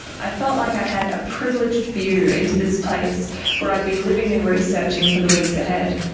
i felt like i had a privileged view into this place where i'd be living and researching for the weeks ahead.